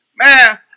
man